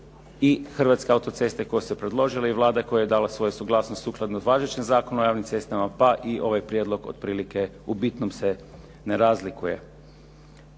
i Hrvatske autoceste koje su predložile i Vlada koja je dala svoju suglasnost sukladno važećem Zakonu o javnim cestama, pa i ovaj prijedlog otprilike u bitnom se ne razlikuje.